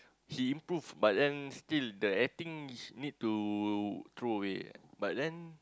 he improve but then still the acting need to throw away but then